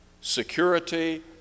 security